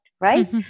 right